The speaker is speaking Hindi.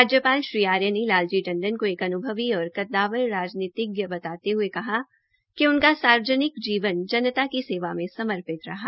राज्यपाल श्री आर्य ने लाल जी टंडन को एक अन्भव और कद्दावार राजनीतिज्ञ बताते हये कहा कि उनका सार्वजनिक जीवन जनता की सेवा में समर्पित रहा